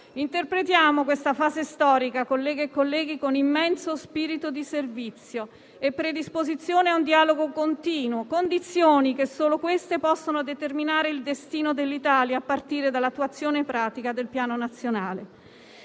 Interpretiamo questa fase storica, colleghe e colleghi, con immenso spirito di servizio e predisposizione a un dialogo continuo: condizioni che, esse sole, possono determinare il destino dell'Italia a partire dall'attuazione pratica del Piano nazionale.